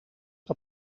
que